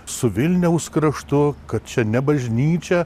su vilniaus kraštu kad čia ne bažnyčia